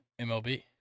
MLB